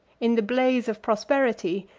in the blaze of prosperity,